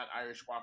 Irish